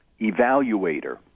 evaluator